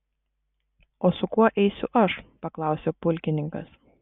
o su kuo eisiu aš paklausė pulkininkas